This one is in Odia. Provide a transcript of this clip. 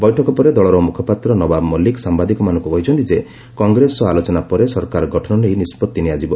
ବୈଠକ ପରେ ଦଳର ମୁଖପାତ୍ର ନବାବ ମଲିକ ସାମ୍ଭାଦିକମାନଙ୍କୁ କହିଛନ୍ତି ଯେ କଂଗ୍ରେସ ସହ ଆଲୋଚନା ପରେ ସରକାର ଗଠନ ନେଇ ନିଷ୍ପଭି ନିଆଯିବ